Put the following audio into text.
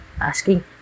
asking